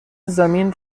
زمین